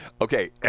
Okay